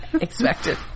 expected